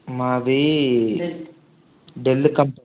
మాది డెల్ కంప్